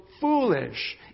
foolish